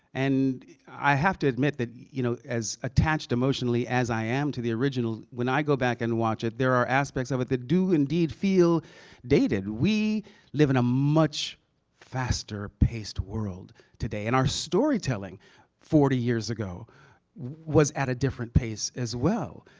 and i have to admit that, you know, as attached emotionally as i am to the original, when i go back and watch it, there are aspects of it that do, indeed, feel dated. we live in a much faster paced world today. and our storytelling forty years ago was a different pace, as well.